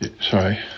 Sorry